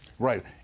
Right